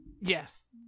Yes